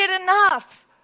enough